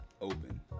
Open